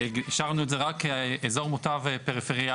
השארנו את זה רק כאזור מוטה פריפריאלי.